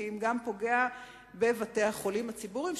אלא גם בבתי-החולים הציבוריים,